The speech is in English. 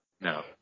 No